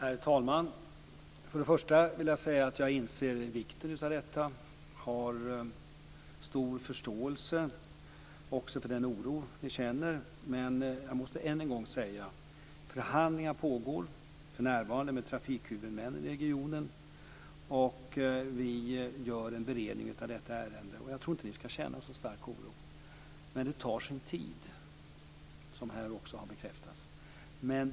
Herr talman! Först vill jag säga att jag inser vikten av denna fråga. Jag har också stor förståelse för den oro ni känner. Men jag måste än en gång säga att förhandlingar pågår, för närvarande med trafikhuvudmännen i regionen, och vi gör en beredning av detta ärende. Jag tror inte att ni skall känna så stark oro. Men det tar sin tid, som här också har bekräftats.